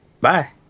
Bye